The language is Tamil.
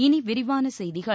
இனி விரிவான செய்திகள்